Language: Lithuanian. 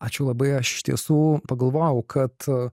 ačiū labai aš iš tiesų pagalvojau kad